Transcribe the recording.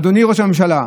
אדוני ראש הממשלה,